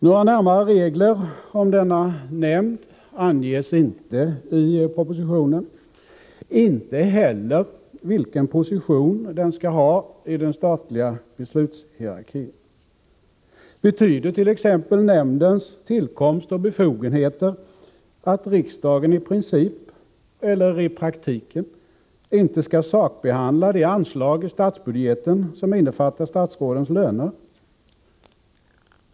Några närmare regler om denna nämnd anges inte i propositionen, inte heller anges vilken position den skall ha i den statliga beslutshierarkin. Betyder t.ex. nämndens tillkomst och befogenheter att riksdagen i princip eller i praktiken inte skall sakbehandla de anslag i statsbudgeten som innefattar statsrådens löner?